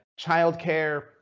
childcare